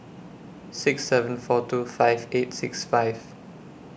six seven four two five eight six five